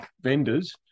vendors